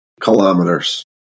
kilometers